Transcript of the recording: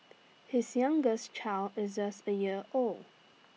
his youngest child is just A year old